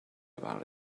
about